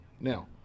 Now